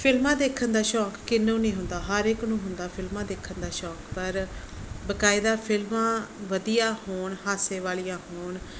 ਫਿਲਮਾਂ ਦੇਖਣ ਦਾ ਸ਼ੌਕ ਕਿਹਨੂੰ ਨਹੀਂ ਹੁੰਦਾ ਹਰ ਇੱਕ ਨੂੰ ਹੁੰਦਾ ਫਿਲਮਾਂ ਦੇਖਣ ਦਾ ਸ਼ੌਕ ਪਰ ਬਕਾਇਦਾ ਫਿਲਮਾਂ ਵਧੀਆਂ ਹੋਣ ਹਾਸੇ ਵਾਲੀਆਂ ਹੋਣ